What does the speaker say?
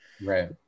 Right